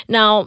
Now